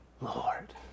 Lord